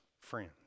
friends